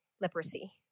leprosy